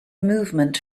movement